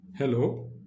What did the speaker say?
Hello